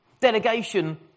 Delegation